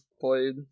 played